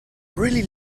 really